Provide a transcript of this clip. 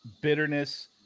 bitterness